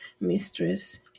mistress